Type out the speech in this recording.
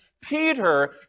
Peter